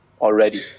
already